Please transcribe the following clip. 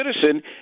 citizen